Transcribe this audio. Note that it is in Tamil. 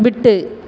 விட்டு